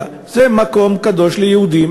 אלא זה מקום קדוש ליהודים,